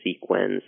sequence